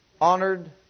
honored